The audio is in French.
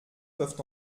peuvent